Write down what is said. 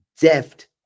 deft